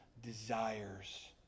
desires